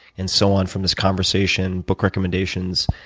and so on from this conversation book recommendations,